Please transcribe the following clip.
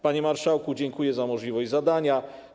Panie marszałku, dziękuję za możliwość jego zadania.